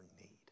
need